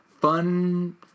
fun